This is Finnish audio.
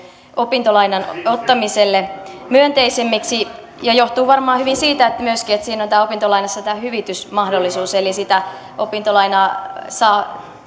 opintolainan ottamiselle myönteisemmiksi se johtuu varmaan hyvin myöskin siitä että opintolainassa on tämä hyvitysmahdollisuus eli sitä opintolainaa saa